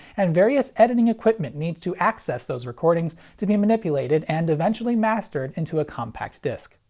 and various editing equipment needs to access those recordings to be manipulated and eventually mastered into a compact disc.